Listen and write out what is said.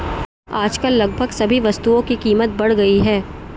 आजकल लगभग सभी वस्तुओं की कीमत बढ़ गई है